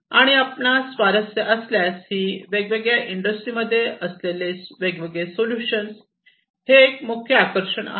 आणि आपणास स्वारस्य असल्यास ही वेगवेगळ्या इंडस्ट्रीमध्ये असलेले वेगवेगळे सोल्युशन एक मुख्य आकर्षण आहे